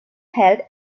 held